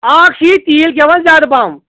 اَکھ چھِ یہِ تیٖل کھٮ۪وان زیادٕ پَہم